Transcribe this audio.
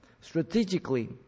Strategically